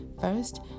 First